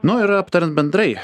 nu ir aptariant bendrai